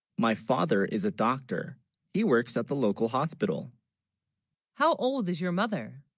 my father is a doctor he works at the local hospital how old is your mother?